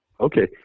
Okay